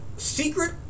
Secret